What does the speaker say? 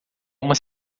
uma